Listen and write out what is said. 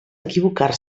equivocar